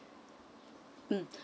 mm